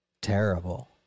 terrible